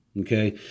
Okay